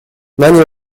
many